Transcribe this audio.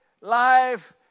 life